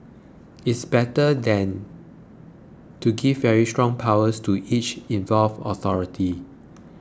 it's better than to give very strong powers to each involved authority